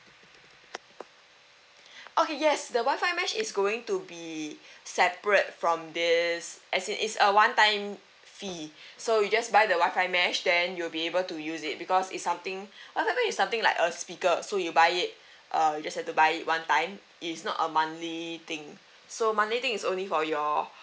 okay yes the wifi mesh is going to be separate from this as in it's a one time fee so you just buy the wifi mesh then you'll be able to use it because it's something wifi mesh is something like a speaker so you buy it err you just have to buy it one time it's not a monthly thing so monthly thing is only for your